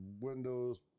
windows